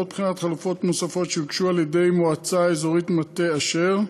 לרבות בחינת חלופות נוספות שהוגשו על-ידי מועצה אזורית מטה-אשר,